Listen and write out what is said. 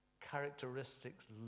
characteristics